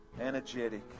energetic